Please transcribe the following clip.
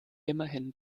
immerhin